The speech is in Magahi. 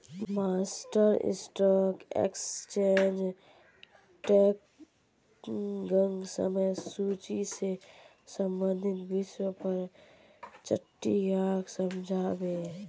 मास्टर स्टॉक एक्सचेंज ट्रेडिंगक समय सूची से संबंधित विषय पर चट्टीयाक समझा बे